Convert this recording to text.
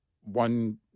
one